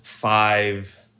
Five